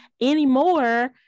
anymore